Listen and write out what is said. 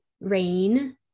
rain